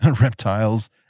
reptiles